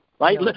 Right